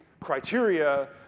criteria